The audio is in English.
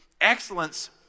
excellence